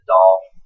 Dolph